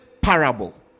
parable